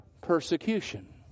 persecution